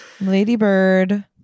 Ladybird